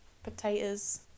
potatoes